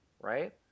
right